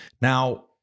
now